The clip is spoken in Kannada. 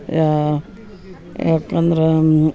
ಯಾಕೆ ಅಂದ್ರೆ